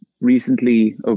recently